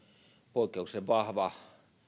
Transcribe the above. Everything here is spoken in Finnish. poikkeuksellisen vahva